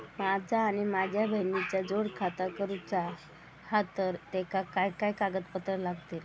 माझा आणि माझ्या बहिणीचा जोड खाता करूचा हा तर तेका काय काय कागदपत्र लागतली?